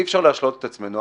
אי אפשר להשלות את עצמנו.